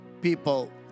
people